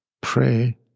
Pray